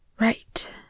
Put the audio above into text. Right